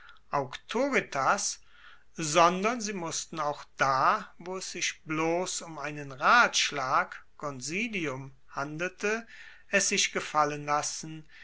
sondern sie mussten auch da wo es sich bloss um einen ratschlag consilium handelte es sich gefallen lassen